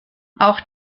auch